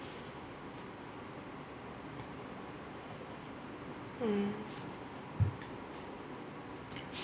mm